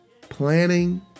planning